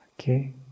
Okay